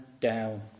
down